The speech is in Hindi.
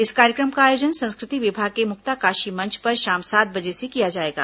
इस कार्यक्रम का आयोजन संस्कृति विभाग के मुक्ताकाशी मंच पर शाम सात बजे से किया जाएगा